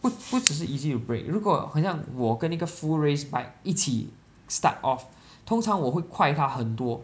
不不只是 easy to break 如果好像我跟一个 full race bike 一起 start off 通常我会快它很多